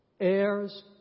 heirs